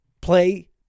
Play